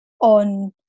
on